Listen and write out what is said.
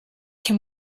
can